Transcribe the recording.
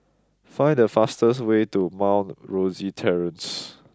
find the fastest way to Mount Rosie Terrace